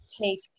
take